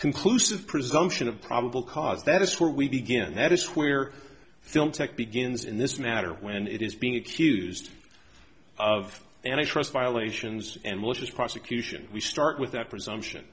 conclusive presumption of probable cause that us where we begin that is where film tech begins in this matter when it is being accused of and i trust violations and malicious prosecution we start with that presumption